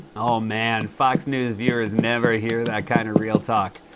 oh, man. fox news viewers never hear that kind of real talk.